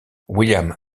william